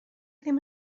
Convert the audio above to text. ddim